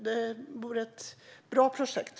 Detta tror jag vore ett bra projekt.